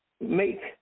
make